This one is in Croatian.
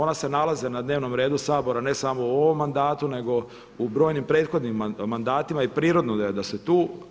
Ona se nalaze na dnevnom redu Sabora ne samo u ovom mandatu, nego u brojnim prethodnim mandatima i prirodno je da su tu.